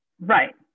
right